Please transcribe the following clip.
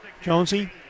jonesy